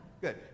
Good